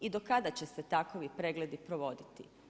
I do kada će se takvi pregledi provoditi?